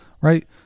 right